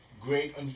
Great